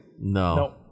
no